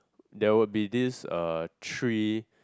there would be this uh tree